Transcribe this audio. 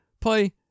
play